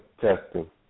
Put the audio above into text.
testing